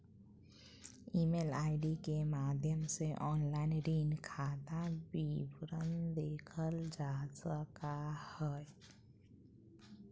email ID के माध्यम से ऑनलाइन ऋण खाता विवरण देखल जा सको हय